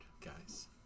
guys